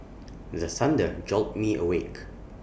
the thunder jolt me awake